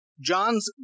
John's